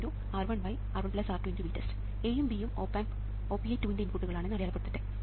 A ഉം B ഉം op amp OPA2 ന്റെ ഇൻപുട്ടുകളാണ് എന്ന് അടയാളപ്പെടുത്തട്ടെ